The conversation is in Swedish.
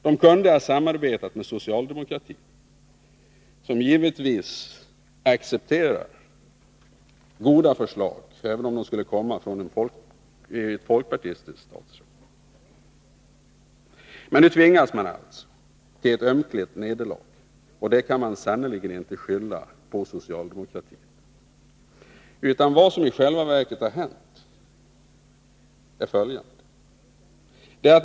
Man kunde ha samarbetat med socialdemokratin, som givetvis accepterar goda förslag även om de skulle komma från folkpartistiskt håll. Men nu tvingas man till ett ömkligt nederlag, och det kan man sannerligen inte skylla socialdemokratin för. Vad som i själva verket har hänt är följande.